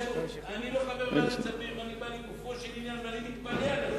מקווה שבכל ההצבעות הבאות נצביע אותו